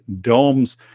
domes